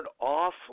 off